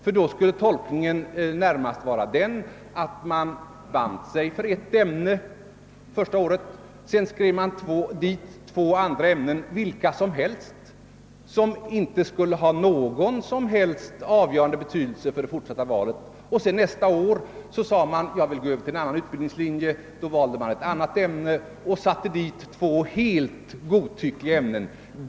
Ty då skulle tolkningen närmast vara den, att man band sig för ett ämne första året, varefter man skrev dit två andra ämnen — vilka som helst — som inte skulle ha någon avgörande betydelse för de fortsatta studierna, och året därpå kunde man förklara att man ville gå över till en annan utbildningslinje, varvid man valde ett annat ämne och satte dit helt godtyckliga ämnen för tredje året.